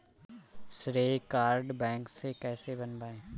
श्रेय card bank से कैसे बनवाएं?